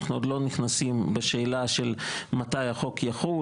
אנחנו עוד לא נכנסים בשאלה של מתי החוק יחול,